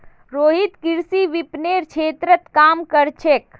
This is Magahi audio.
रोहित कृषि विपणनेर क्षेत्रत काम कर छेक